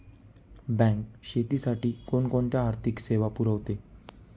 Bank शेतीसाठी कोणकोणत्या आर्थिक सेवा पुरवते?